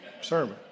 sermon